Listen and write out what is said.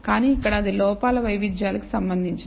కానీ ఇక్కడ అది లోపాల వైవిధ్యాలు కి సంబంధించినది